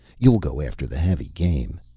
you'll go after the heavy game.